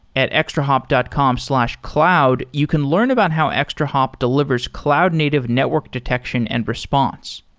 at extrahop dot com slash cloud, you can learn about how extra hop delivers cloud native network detection and response.